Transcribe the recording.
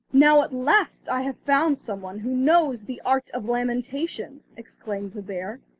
now at last i have found some one who knows the art of lamentation exclaimed the bear,